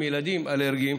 אלרגי,